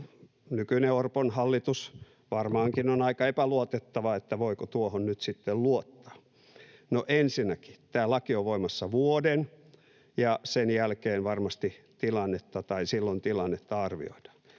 nykyinen Orpon hallitus varmaankin on aika epäluotettava, että voiko tuohon nyt sitten luottaa. No ensinnäkin, tämä laki on voimassa vuoden, ja silloin tilannetta arvioidaan.